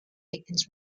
dickens